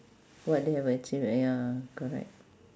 what they have achieved ah ya correct